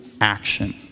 action